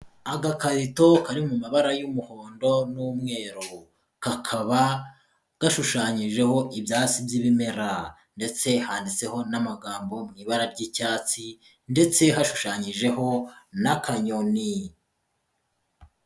Agakarito kari mu mabara y'umuhondo n'umweru, kakaba gashushanyijeho ibyatsi by'ibimera ndetse handitseho n'amagambo mu ibara ry'icyatsi ndetse hashushanyijeho n'akanyoni.